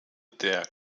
der